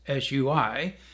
SUI